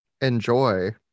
enjoy